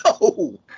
No